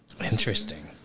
Interesting